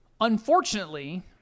Unfortunately